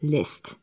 List